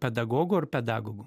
pedagogų ar pedagogų